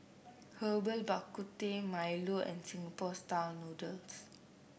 Herbal Bak Ku Teh milo and Singapore style noodles